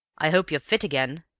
i hope you're fit again,